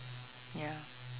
ya